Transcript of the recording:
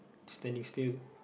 standing still